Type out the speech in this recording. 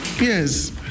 yes